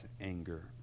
anger